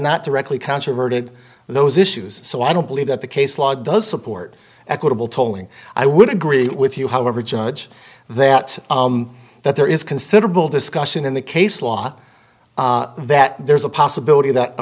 not directly controverted those issues so i don't believe that the case law does support equitable tolling i would agree with you however judge that that there is considerable discussion in the case law that there is a possibility that a